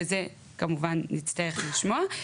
ואת זה נצטרך לשמוע,